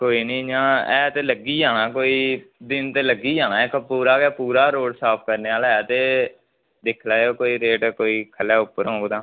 कोई निं इ'यां है ते लग्गी जाना कोई दिन ते लग्गी जाना इक पूरा गै पूरा रोड़ साफ करने आह्ला ऐ ते दिक्ख लैयो कोई रेट कोई खल्लै उप्पर होंग तां